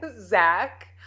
Zach